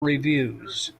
reviews